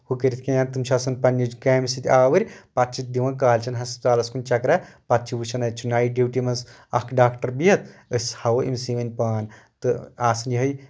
ہُہ کٔرِتھ کیٚنٛہہ یا تُم چھِ آسان پَنٕنۍ کامہِ سۭتۍ آوٕرۍ پَتہٕ چھِ دِوان کالجن ہسپَتالَس کُن چکرا پَتہٕ چھِ وٕچھان اَتہِ چھُ نایٹ ڈیوٹی منٛز اکھ ڈاکٹر بِہتھ أسۍ ہاوو أمسٕے وۄنۍ پان تہٕ آسان یِہٕے